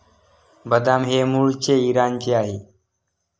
बदाम हे मूळचे इराणचे आहे